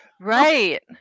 Right